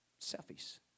selfies